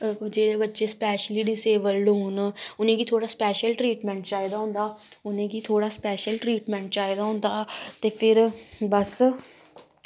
जेह्ड़े बच्चे specially disabled होन उ'नेंगी थोह्ड़ा स्पैशल ट्रीटमैंट चाही दा होंदा उ'नेंगी थोह्ड़ा स्पैशल ट्रीटमैंट चाही दा होंदा ते फिर बस